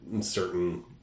certain